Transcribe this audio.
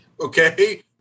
okay